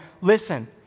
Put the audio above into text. listen